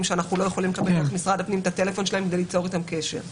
שאנחנו לא יכולים לקבל דרך משרד הפנים כדי ליצור איתם קשר.